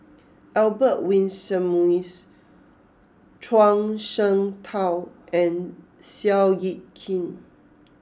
Albert Winsemius Zhuang Shengtao and Seow Yit Kin